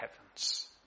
heavens